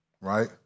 Right